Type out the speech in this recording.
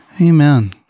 Amen